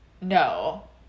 No